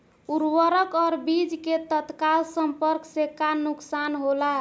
उर्वरक और बीज के तत्काल संपर्क से का नुकसान होला?